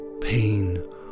pain